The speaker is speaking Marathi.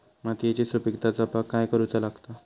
मातीयेची सुपीकता जपाक काय करूचा लागता?